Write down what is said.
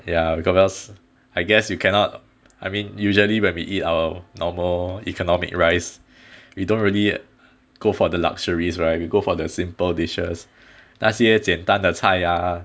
ya because I guess you cannot I mean usually when we eat our normal economic rice we dont really go for the luxuries right we go for the simple dishes 那些简单的菜呀